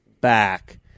back